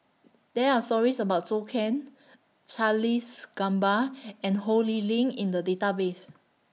There Are stories about Zhou Can Charles Gamba and Ho Lee Ling in The Database